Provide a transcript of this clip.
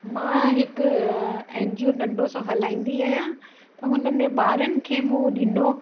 मां हिकु N G O नंढो सो हलाईंदी आहियां त हुन में ॿारनि खे मूं ॾिनो